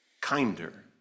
kinder